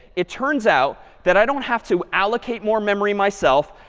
it turns out that i don't have to allocate more memory myself,